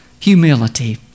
Humility